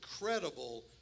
incredible